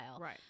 right